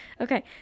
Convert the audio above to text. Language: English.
Okay